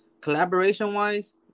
collaboration-wise